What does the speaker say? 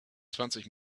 zwanzig